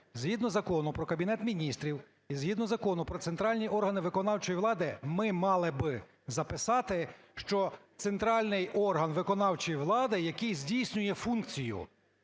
Згідно Закону про Кабінет Міністрів і згідно Закону "Про центральні органи виконавчої влади" ми мали б записати, що центральний орган виконавчої влади, який здійснює функцію